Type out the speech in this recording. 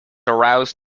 aroused